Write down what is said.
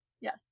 Yes